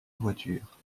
voiture